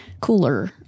cooler